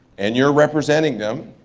and you're representing them.